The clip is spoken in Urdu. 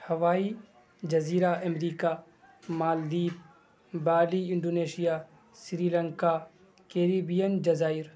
ہوائی جزیرہ America Maldives Bali Indonesia Sri Lanka Caribbean جزائر